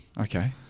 Okay